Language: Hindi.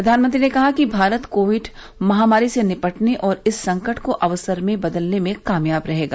प्रधानमंत्री ने कहा कि भारत कोविड महामारी से निपटने और इस संकट को अवसर में बदलने में कामयाब रहेगा